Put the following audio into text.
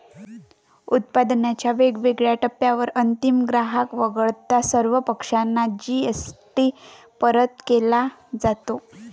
उत्पादनाच्या वेगवेगळ्या टप्प्यांवर अंतिम ग्राहक वगळता सर्व पक्षांना जी.एस.टी परत केला जातो